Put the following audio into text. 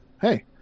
Hey